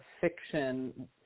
fiction